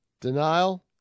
denial